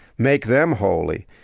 make them holy.